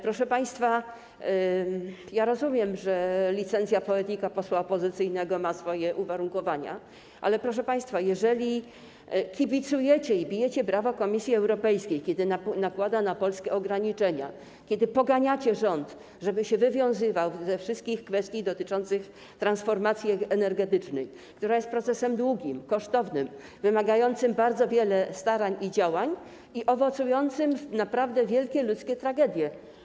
Proszę państwa, ja rozumiem, że licentia poetica wypowiedzi posła opozycyjnego ma swoje uwarunkowania, ale proszę państwa, jeżeli kibicujecie i bijecie brawo Komisji Europejskiej, kiedy nakłada na Polskę ograniczenia, kiedy poganiacie rząd, żeby się wywiązywał ze wszystkich kwestii dotyczących transformacji energetycznej, która jest procesem długim, kosztownym, wymagającym bardzo wiele starań i działań i owocującym w naprawdę wielkie ludzkie tragedie.